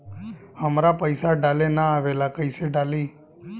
हमरा पईसा डाले ना आवेला कइसे डाली?